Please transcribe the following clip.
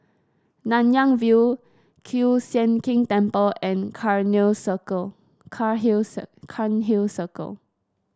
Nanyang View Kiew Sian King Temple and Cairnhill Circle